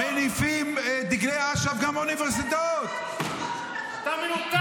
מניפים דגלי אש"ף גם באוניברסיטאות ----- אתה מנותק.